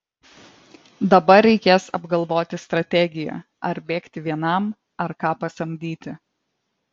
dabar reikės apgalvoti strategiją ar bėgti vienam ar ką pasamdyti